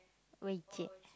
Wei-Jie